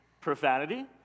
profanity